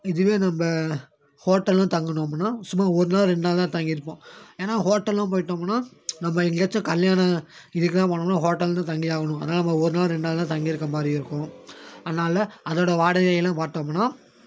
இதுவே நம்ம ஹோட்டல்லாம் தங்கினோம்னா சும்மா ஒரு நாள் ரெண்டு நாள் தான் தங்கியிருப்போம் ஏன்னா ஹோட்டல்லாம் போய்ட்டோமுன்னா நம்ம எங்கேயாச்சும் கல்யாணம் இதுக்கெல்லாம் போனோம்னா ஹோட்டலில் தான் தங்கியாகணும் அதனால நம்ம ஒரு நாள் ரெண்டு நாள் தங்கியிருக்க மாதிரி இருக்கும் அதனால் அதோட வாடகையெல்லாம் பார்த்தோமுனா